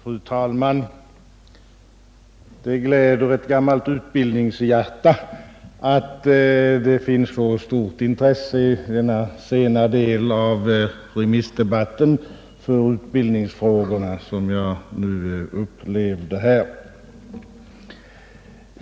Fru talman! Det gläder ett gammalt utbildningshjärta att det i denna sena del av remissdebatten finns så stort intresse för utbildningsfrågorna som jag upplever här.